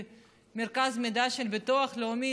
ממרכז המידע של הביטוח לאומי,